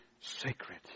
sacred